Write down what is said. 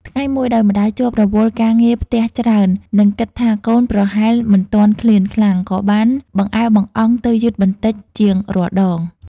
ថ្ងៃមួយ ដោយម្ដាយជាប់រវល់ការងារផ្ទះច្រើន និងគិតថាកូនប្រហែលមិនទាន់ឃ្លានខ្លាំង ក៏បានបង្អែបង្អង់ទៅយឺតបន្តិចជាងរាល់ដង។